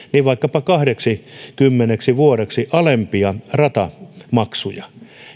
vaikkapa kahdeksikymmeneksi vuodeksi alempia ratamaksuja